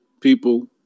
people